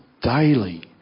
daily